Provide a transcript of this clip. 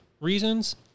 reasons